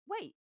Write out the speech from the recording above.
wait